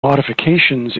modifications